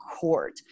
court